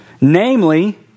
Namely